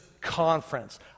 conference